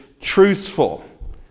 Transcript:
truthful